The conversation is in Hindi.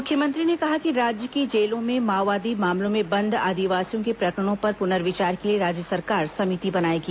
मुख्यमंत्री ने कहा कि राज्य की जेलों में माओवादी मामलों में बंद आदिवासियों के प्रकरणों पर पुनर्विचार के लिए राज्य सरकार समिति बनाएगी